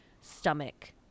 stomach